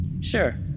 Sure